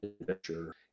adventure